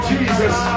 Jesus